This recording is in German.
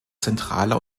zentraler